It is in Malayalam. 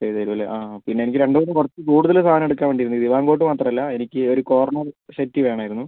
ചെയ്തുതരും അല്ലേ ആ പിന്നെ എനിക്ക് രണ്ട് മൂന്ന് കുറച്ച് കൂടുതൽ സാധനം എടുക്കാൻ വേണ്ടിയായിരുന്നു ദിവാൻ കോട്ട് മാത്രമല്ല എനിക്ക് ഒരു കോർണർ സെറ്റി വേണമായിരുന്നു